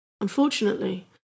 Unfortunately